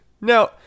Now